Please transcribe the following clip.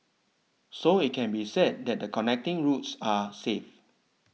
so it can be said that the connecting routes are safe